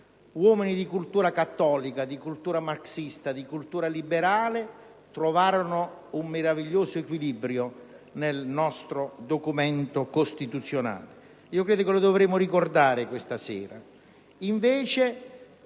Uomini di cultura cattolica, di cultura marxista e di cultura liberale trovarono un meraviglioso equilibrio nel nostro documento costituzionale. Noi dovremmo ricordarlo questa sera